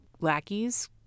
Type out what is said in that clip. lackeys